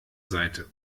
seite